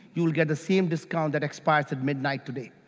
you'll get the same discount that expires at midnight today,